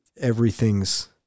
everything's